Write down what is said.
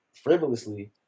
frivolously